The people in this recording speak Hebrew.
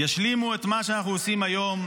ישלימו את מה שאנחנו עושים היום.